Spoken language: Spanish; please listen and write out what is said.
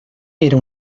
era